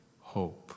hope